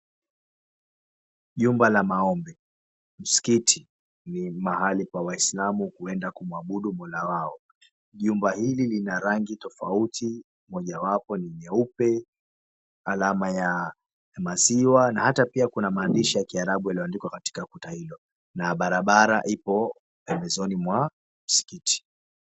Jumba la maombi, msikiti. Ni mahali pa waislamu kuenda kumuabudu Mola wao. Jumba hili lina rangi tofauti mojawapo ni nyeupe, alama ya maziwa na hata pia kuna maandishi ya kiarabu yaliyoandikwa kwenye kuta hilo. Na barabara ipo pembezoni mwa msikiti.